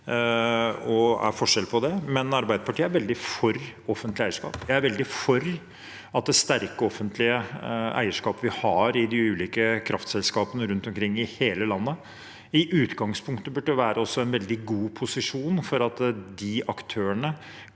Men Arbeiderpartiet er veldig for offentlig eierskap. Jeg er veldig for at det sterke offentlige eierskapet vi har i de ulike kraftselskapene rundt omkring i hele landet, i utgangspunktet burde være en veldig god posisjon for at de aktørene